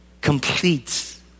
completes